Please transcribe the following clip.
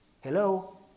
Hello